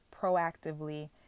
proactively